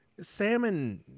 salmon